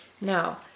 Now